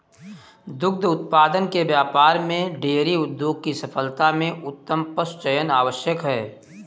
दुग्ध उत्पादन के व्यापार में डेयरी उद्योग की सफलता में उत्तम पशुचयन आवश्यक है